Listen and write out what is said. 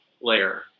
layer